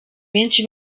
benshi